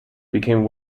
became